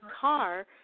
car